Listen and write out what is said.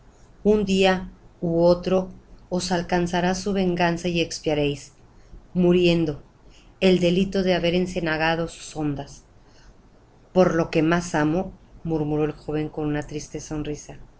un día ú otro os alcanzará su venganza y expiaréis muriendo el delito de haber encenagado sus ondas por los que más amo murmuró el joven con una triste sonrisa